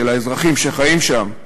של האזרחים שחיים שם,